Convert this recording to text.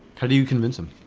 how do you convince them?